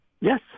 Yes